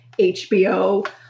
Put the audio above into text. HBO